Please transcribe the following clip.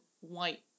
white